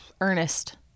Ernest